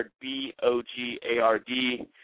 B-O-G-A-R-D